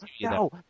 No